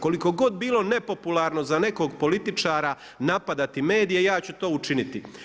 Koliko god bilo nepopularno za nekog političara napadati medije, ja ću to učiniti.